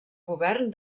govern